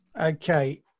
Okay